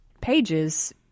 pages